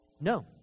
No